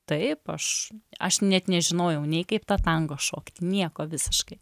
taip aš aš net nežinojau nei kaip tą tango šokti nieko visiškai